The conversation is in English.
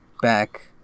back